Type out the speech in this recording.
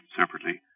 separately